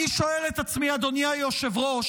אני שואל את עצמי, אדוני היושב-ראש,